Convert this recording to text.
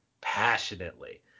passionately